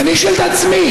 ואני שואל את עצמי,